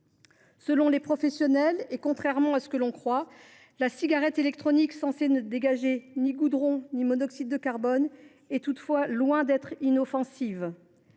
Selon les professionnels, et contrairement à ce que l’on croit, la cigarette électronique, censée ne dégager ni goudron ni monoxyde de carbone, est loin d’être inoffensive.